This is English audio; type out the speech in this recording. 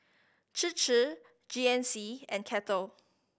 Chir Chir G N C and Kettle